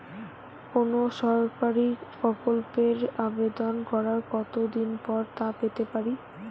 কোনো সরকারি প্রকল্পের আবেদন করার কত দিন পর তা পেতে পারি?